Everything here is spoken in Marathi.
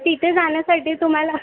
तिथे जाण्यासाठी तुम्हाला